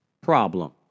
problem